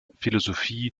philosophie